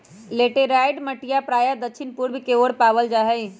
laterite मटिया प्रायः दक्षिण पूर्व के ओर पावल जाहई